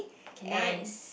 okay nice